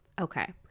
okay